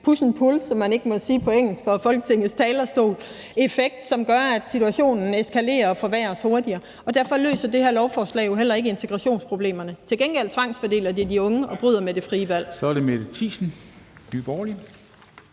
push and pull-effekt, som man ikke må sige på engelsk fra Folketingets talerstol, men som gør, at situationen eskalerer og forværres hurtigere, og derfor løser det her lovforslag jo heller ikke integrationsproblemerne. Til gengæld tvangsfordeler det de unge og bryder med det frie valg.